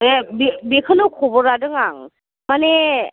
ए बे बेखौनो खबर लादों आं माने